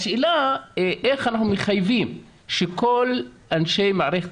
השאלה איך אנחנו מחייבים שכל אנשי מערכת